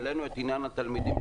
העלינו את עניין התלמידים,